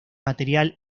material